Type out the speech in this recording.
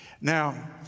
Now